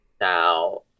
Now